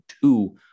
two